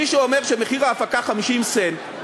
מי שאומר שמחיר ההפקה 50 סנט,